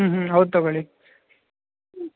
ಹ್ಞೂ ಹ್ಞೂ ಹೌದು ತೊಗೊಳಿ